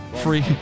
Free